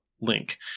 link